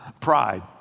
Pride